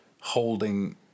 holding